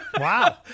Wow